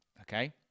okay